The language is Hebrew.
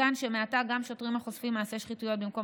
מכאן שמעתה גם שוטרים החושפים מעשה שחיתויות במקום